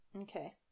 Okay